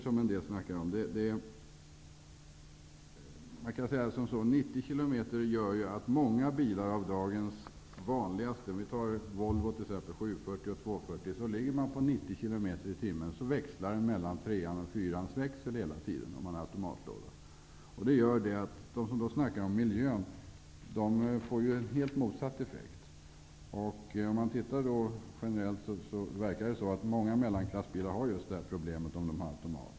Jag kan säga som så: Om man kör med 90 km/tim med många av dagens vanligaste bilar, t.ex. Volvo 740 och 240, växlar det mellan treans och fyrans växel hela tiden -- jag talar nu om bilar med automatisk växellåda. Effekten på miljön blir helt motsatt den avsedda. Med många mellanklassbilar uppstår just det problemet, om de har automat.